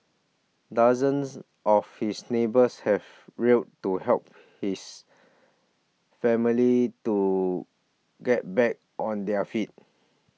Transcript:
dozens of his neighbours have real to help his family to get back on their feet